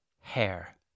Hair